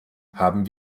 haben